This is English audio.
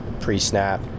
pre-snap